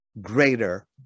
greater